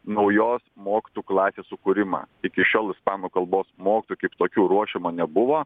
naujos mokytojų klasės sukūrimą iki šiol ispanų kalbos mokytojų kaip tokių ruošiama nebuvo